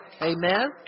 amen